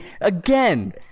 again